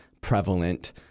prevalent